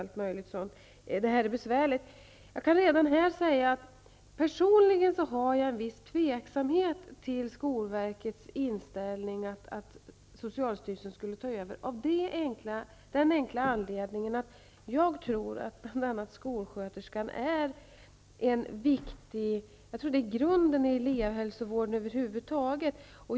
Frågan är besvärlig. Personligen tvekar jag till skolverkets inställning att socialstyrelsen skall ta över. Jag tycker att skolsköterskan utgör grunden till elevhälsovården.